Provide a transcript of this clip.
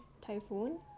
typhoon